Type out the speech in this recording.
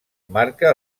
marca